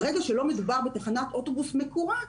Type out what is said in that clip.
ברגע שלא מדובר בתחנת אוטובוס מקורה,